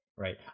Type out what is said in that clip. Right